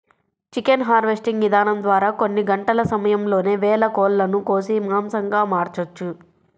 chicken harvesting ఇదానం ద్వారా కొన్ని గంటల సమయంలోనే వేల కోళ్ళను కోసి మాంసంగా మార్చొచ్చు